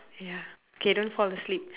ya K don't fall asleep